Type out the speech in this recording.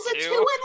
two